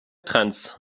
trends